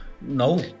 no